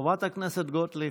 חברת הכנסת גוטליב,